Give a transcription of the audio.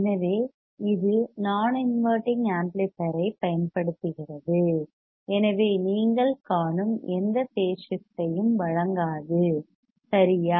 எனவே இது நான் இன்வெர்ட்டிங் ஆம்ப்ளிபையர் ஐப் பயன்படுத்துகிறது எனவே நீங்கள் காணும் எந்த பேஸ் ஷிப்ட் ஐயும் வழங்காது சரியா